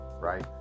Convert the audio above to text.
right